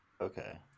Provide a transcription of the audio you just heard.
Okay